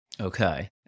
Okay